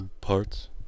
parts